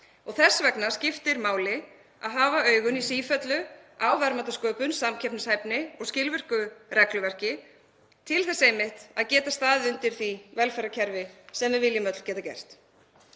Þess vegna skiptir máli að hafa augun í sífellu á verðmætasköpun, samkeppnishæfni og skilvirku regluverki til þess einmitt að geta staðið undir því velferðarkerfi sem við viljum öll geta gert.